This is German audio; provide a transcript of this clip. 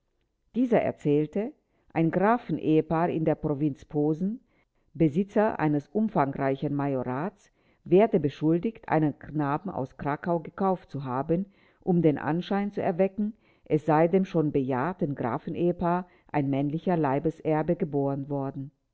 dieser erzählte ein grafen ehepaar in der provinz posen besitzer eines umfangreichen majorats werde beschuldigt einen knaben aus krakau gekauft zu haben um den anschein zu erwecken es sei dem schon bejahrten grafen ehepaar ein männlicher leibeserbe geboren worden